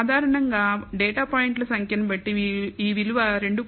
సాధారణంగా డేటా పాయింట్ల సంఖ్యను బట్టి ఈ విలువ 2